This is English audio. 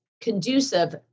conducive